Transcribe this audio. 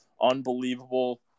Unbelievable